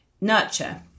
nurture